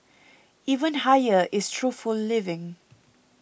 even higher is truthful living